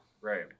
right